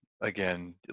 again